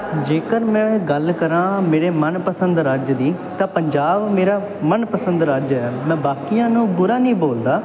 ਜੇਕਰ ਮੈਂ ਗੱਲ ਕਰਾਂ ਮੇਰੇ ਮਨਪਸੰਦ ਰਾਜ ਦੀ ਤਾਂ ਪੰਜਾਬ ਮੇਰਾ ਮਨਪਸੰਦ ਰਾਜ ਹੈ ਮੈਂ ਬਾਕੀਆਂ ਨੂੰ ਬੁਰਾ ਨਹੀਂ ਬੋਲਦਾ